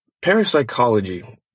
parapsychology